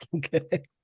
good